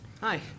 Hi